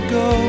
go